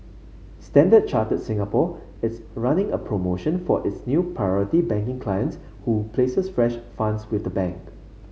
Standard Chartered Singapore is running a promotion for its new Priority Banking clients who places fresh funds with the bank